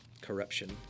corruption